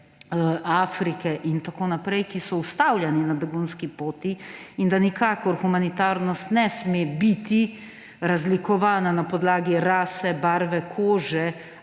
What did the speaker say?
Afrike in tako naprej, ki so ustavljeni na begunski, poti in da nikakor humanitarnost ne sme biti razlikovana na podlagi rase, barve kože